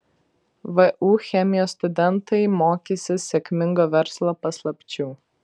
vu chemijos studentai mokysis sėkmingo verslo paslapčių